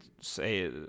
say